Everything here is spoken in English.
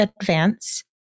advance